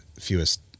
fewest